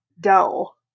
dull